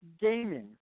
gaming